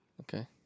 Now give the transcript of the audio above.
Okay